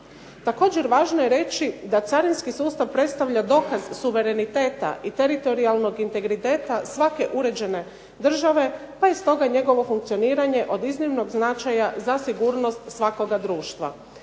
Također važno je reći da carinski sustav predstavlja dokaz suvereniteta i teritorijalnog integriteta svake uređene države, pa je stoga njegovo funkcioniranje od iznimnog značaja za sigurnost svakoga društva.